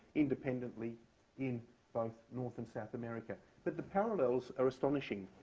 independently in both north and south america. but the parallels are astonishing.